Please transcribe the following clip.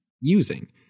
using